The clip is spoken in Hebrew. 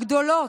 הגדולות,